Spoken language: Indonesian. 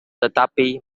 tetapi